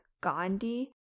Gandhi